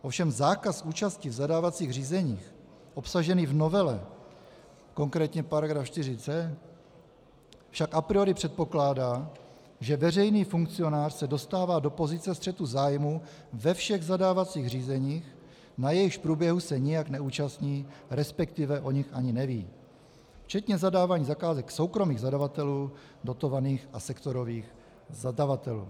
Ovšem zákaz účasti v zadávacích řízeních obsažený v novele, konkrétně § 4c, však a priori předpokládá, že veřejný funkcionář se dostává do pozice střetu zájmů ve všech zadávacích řízeních, na jejichž průběhu se nijak neúčastní, resp. o nich ani neví, včetně zadávání zakázek soukromých zadavatelů, dotovaných a sektorových zadavatelů.